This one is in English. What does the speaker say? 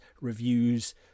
reviews